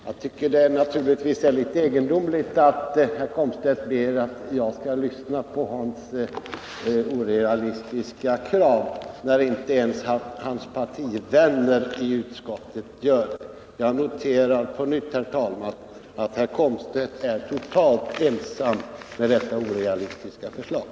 Herr talman! Jag tycker naturligtvis att det är litet egendomligt att herr Komstedt ber att jag skall lyssna på hans orealistiska krav när inte ens hans partivänner i utskottet gör det. Jag noterar på nytt, herr talman, att herr Komstedt är totalt ensam med detta orealistiska förslag.